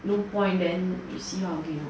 no point then you see how again lor